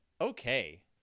okay